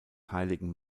heiligen